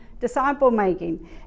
disciple-making